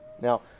Now